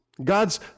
God's